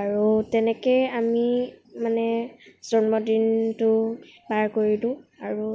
আৰু তেনেকৈয়ে আমি মানে জন্মদিনটো পাৰ কৰিলোঁ আৰু